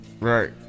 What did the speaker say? Right